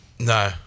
no